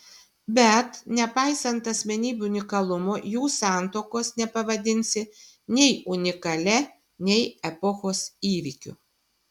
bet nepaisant asmenybių unikalumo jų santuokos nepavadinsi nei unikalia nei epochos įvykiu